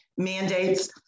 mandates